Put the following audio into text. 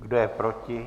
Kdo je proti?